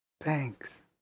Thanks